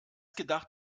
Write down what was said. gedacht